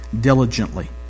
diligently